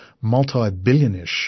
multi-billionish